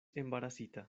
embarasita